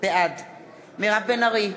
בעד מירב בן ארי,